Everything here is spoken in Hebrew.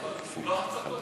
אבל זה לא הצתות,